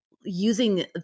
using